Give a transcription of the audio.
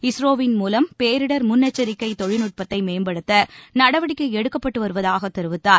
இஸ்ரோவின் மூலம் பேரிடர் முன்னெச்சரிக்கை தொழில்நுட்பத்தை மேம்படுத்த நடவடிக்கை எடுக்கப்பட்டு வருவதாக தெரிவித்தார்